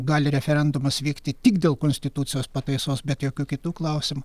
gali referendumas vykti tik dėl konstitucijos pataisos bet jokiu kitu klausimu